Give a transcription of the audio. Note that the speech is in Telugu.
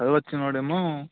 చదువు వచ్చిన వాడేమో